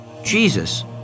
Jesus